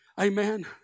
Amen